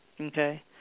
Okay